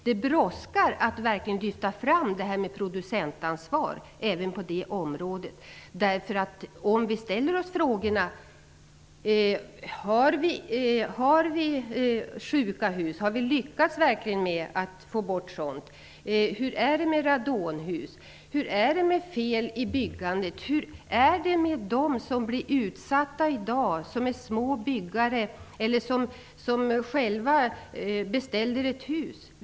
Det brådskar att verkligen lyfta fram producentansvaret. Låt oss ställa oss frågoan om vi verkligen har lyckats bli av med sjuka hus. Hur är det med radonhus? Hur är det med byggfel? Hur är det med små byggföretag eller de som själva beställer ett hus?